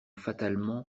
fatalement